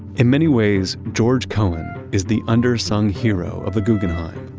in many ways, george cohen is the undersung hero of the guggenheim,